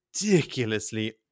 ridiculously